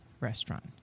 restaurant